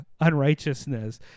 unrighteousness